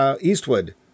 Eastwood